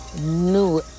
new